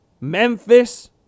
Memphis